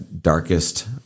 darkest